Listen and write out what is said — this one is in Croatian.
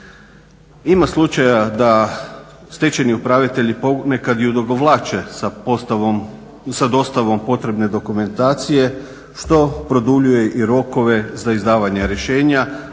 Ima slučaja da stečajni upravitelji nekad i odugovlače sa dostavom potrebne dokumentacije što produljuje i rokove za izdavanje rješenja